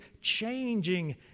changing